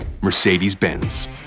Mercedes-Benz